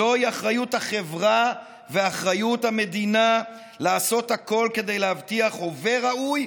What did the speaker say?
זוהי אחריות החברה ואחריות המדינה לעשות הכול כדי להבטיח הווה ראוי